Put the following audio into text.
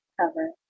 cover